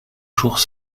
jours